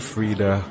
Frida